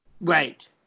Right